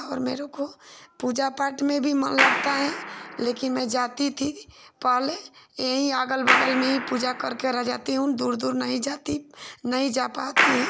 और मेरे को पूजा पाठ में भी मन लगता है लेकिन मैं जाती थी पहले यहाँ अगल बगल में ही पूजा करके रह जाती हूँ दूर दूर नहीं जाती नहीं जा पाती है